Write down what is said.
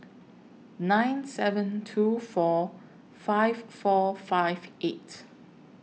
nine seven two four five four five eight